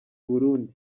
burundi